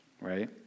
Right